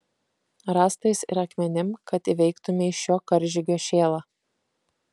rąstais ir akmenim kad įveiktumei šio karžygio šėlą